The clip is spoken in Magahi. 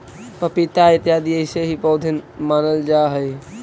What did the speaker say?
पपीता इत्यादि ऐसे ही पौधे मानल जा हई